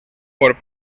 por